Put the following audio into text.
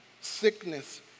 sickness